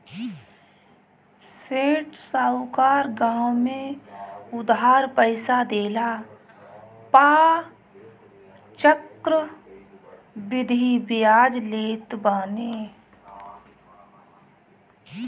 सेठ साहूकार गांव में उधार पईसा देहला पअ चक्रवृद्धि बियाज लेत बाने